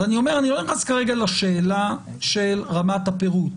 אז אני לא נכנס כרגע לשאלה של רמת הפירוט.